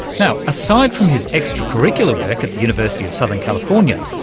now, aside from his extra-curricular work at the university of southern california,